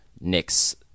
Nick's